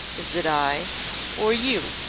is it i or you?